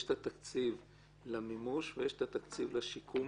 יש את התקציב למימוש ויש את התקציב לשיקום,